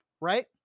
Right